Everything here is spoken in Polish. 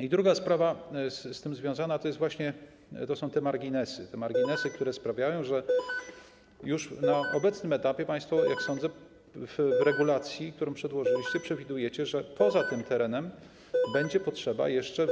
I druga sprawa z tym związana to są te marginesy, które sprawiają, że już na obecnym etapie państwo, jak sądzę, w regulacji, którą przedłożyliście, przewidujecie, że poza tym terenem będzie potrzeba jeszcze